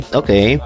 okay